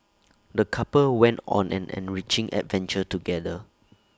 the couple went on an enriching adventure together